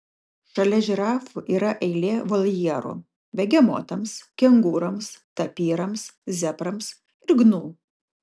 šalia žirafų yra eilė voljerų begemotams kengūroms tapyrams zebrams ir gnu